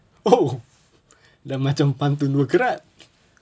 !oho! dah macam pantun berkerat